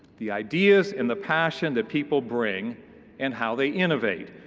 the ideas and the passion that people bring and how they innovate.